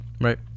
right